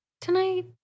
tonight